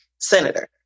senator